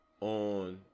on